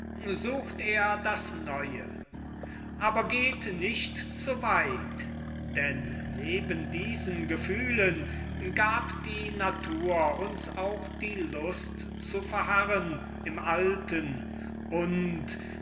sucht er das neue aber geht nicht zu weit denn neben diesen gefühlen gab die natur uns auch die lust zu verharren im alten und